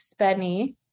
Spenny